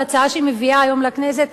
בהצעה שהיא מביאה היום לכנסת,